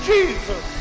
Jesus